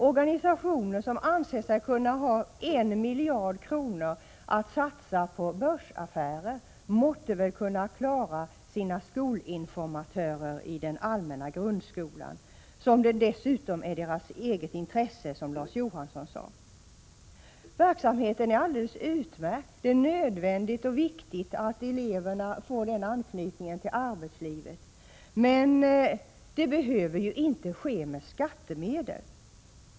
Organisationer som anser sig kunna ha 1 miljard kronor att satsa på börsaffärer måtte väl kunna klara av att betala sina skolinformatörer i den allmänna grundskolan, vilket dessutom Prot. 1986/87:94 är i deras eget intresse, som Larz Johansson sade. Verksamheten är alldeles 25 mars 1987 utmärkt. Det är nödvändigt och viktigt att eleverna får den anknytningen till arbetslivet, men det behöver inte ske med skattemedel.